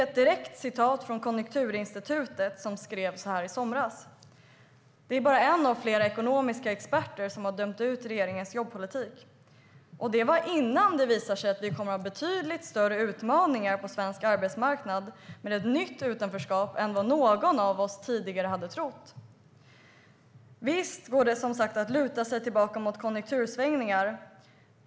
Så skrev Konjunkturinstitutet i somras. Det är bara en av flera ekonomiska experter som har dömt ut regeringens jobbpolitik. Och det gjordes innan det visade sig att vi kommer att ha betydligt större utmaningar på svensk arbetsmarknad med ett nytt utanförskap än vad någon av oss tidigare hade trott. Visst går det, som sagt, att luta sig tillbaka mot konjunktursvängningar.